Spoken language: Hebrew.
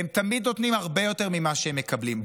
הם תמיד נותנים הרבה יותר ממה שהם מקבלים.